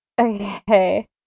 okay